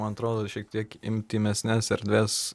man atrodo šiek tiek intymesnes erdves